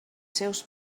seus